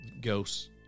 ghosts